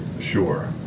Sure